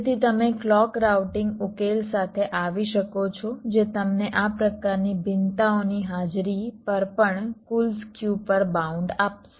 તેથી તમે clock routing ઉકેલ સાથે આવી શકો છો જે તમને આ પ્રકારની ભિન્નતાઓની હાજરી પર પણ કુલ સ્ક્યુ પર બાઉન્ડ આપશે